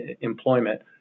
employment